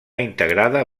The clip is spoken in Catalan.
integrada